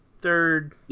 third